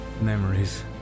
memories